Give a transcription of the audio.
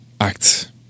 act